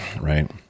right